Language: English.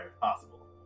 possible